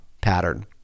pattern